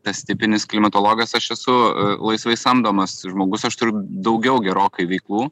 tas tipinis klimatologas aš esu laisvai samdomas žmogus aš turiu daugiau gerokai veiklų